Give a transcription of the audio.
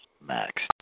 max